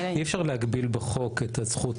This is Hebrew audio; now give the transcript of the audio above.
את הצורך